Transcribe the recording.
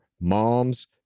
moms